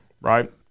Right